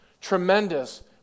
tremendous